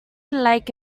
like